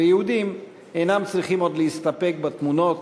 ויהודים אינם צריכים עוד להסתפק בתמונות